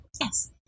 Yes